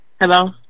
Hello